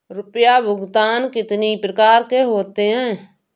रुपया भुगतान कितनी प्रकार के होते हैं?